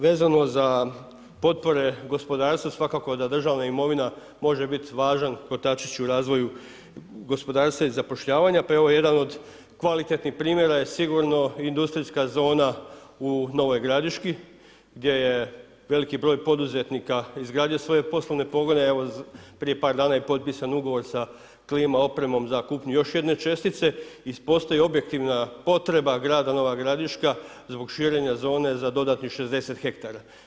Vezano za potpore gospodarstva, svakako da državna imovina može bit važan kotačić u razvoju gospodarstva i zapošljavanja pa evo jedan od kvalitetnih primjera je sigurno industrijska zona u Novoj Gradiški gdje je veliki broj poduzetnika izgradio svoje poslovne pogone, evo prije par dana je potpisan ugovor sa klima opremom za kupnju još jedne čestice i postoji objektivna potreba grada Nova Gradiška zbog širenja zone za dodatnih 60 hektara.